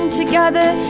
together